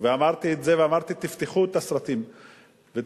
אמרתי את זה ואמרתי: תפתחו את הסרטים ותסתכלו,